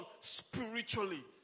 spiritually